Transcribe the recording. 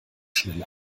schnell